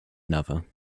another